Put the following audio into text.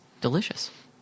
delicious